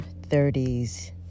30s